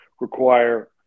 require